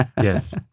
Yes